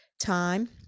time